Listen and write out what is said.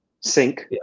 sync